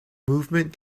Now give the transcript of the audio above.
movement